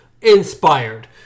inspired